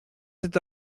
cet